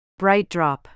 BrightDrop